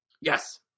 Yes